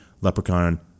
Leprechaun